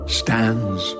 stands